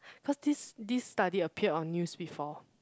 cause this this study appear on news before